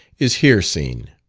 is here seen.